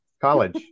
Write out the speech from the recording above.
college